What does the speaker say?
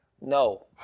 No